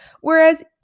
whereas